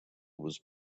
was